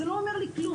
זה לא אומר לי כלום,